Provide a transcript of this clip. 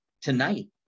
tonight